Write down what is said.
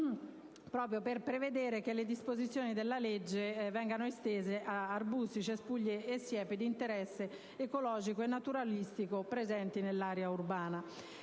volto a prevedere che le disposizioni della legge vengano estese ad arbusti, cespugli e siepi di interesse ecologico e naturalistico presenti nell'area urbana.